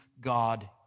God